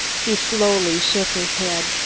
he slowly shook his head.